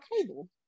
cable